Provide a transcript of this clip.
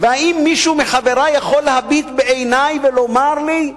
והאם מישהו מחברי יכול להביט בעיני ולומר לי שהיום,